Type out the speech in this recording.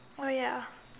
oh ya